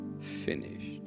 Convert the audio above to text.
finished